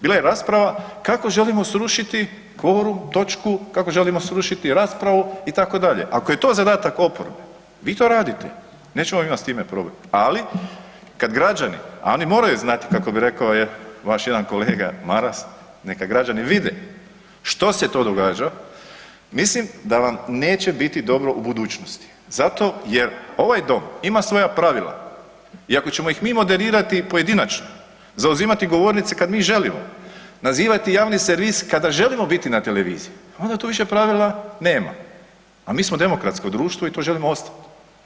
Bila je rasprava kako želimo srušiti kvorum, točku, kako želimo srušiti raspravu itd., ako je to zadatak oporbe, vi to radite, nećemo imati s time problem, ali kada građani, a oni moraju znati kako bi rekao jedan vaš kolega Maras, neka građani vide što se to događa, mislim da vam neće biti dobro u budućnosti zato jer ovaj dom ima svoja pravila i ako ćemo ih mi moderirati pojedinačno, zauzimati govornice kad mi želimo, nazivati javni servis kada želimo biti na televiziji onda tu više pravila nema, a mi smo demokratsko društvo i to želimo ostati.